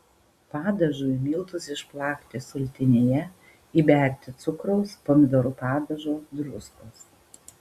padažui miltus išplakti sultinyje įberti cukraus pomidorų padažo druskos